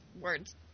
words